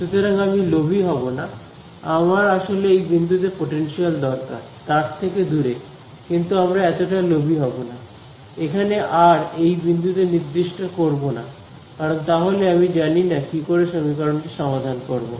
সুতরাং আমি লোভী হবো না আমার আসলে এই বিন্দুতে পোটেনশিয়াল দরকার তার থেকে দূরে কিন্তু আমরা এতটা লোভী হবো না এখানে আর এই বিন্দুতে নির্দিষ্ট করবো না কারণ তাহলে আমি জানিনা কি করে সমীকরণটি সমাধান করব